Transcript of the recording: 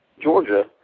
Georgia